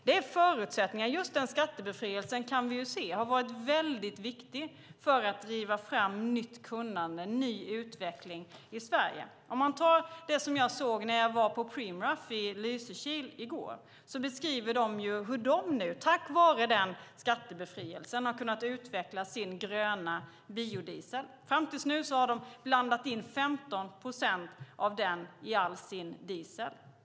Vi har sett hur skattebefrielsen har varit viktig för att driva fram nytt kunnande och ny utveckling i Sverige. Jag besökte Preemraff i Lysekil i går. De beskrev hur de tack vare skattebefrielsen har kunnat utveckla sin gröna biodiesel. Fram tills nu har de blandat in en andel om 15 procent av den i all diesel.